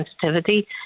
sensitivity